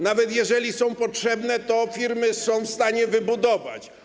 Nawet jeżeli są potrzebne, to firmy są w stanie je wybudować.